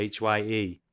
HYE